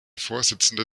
vorsitzende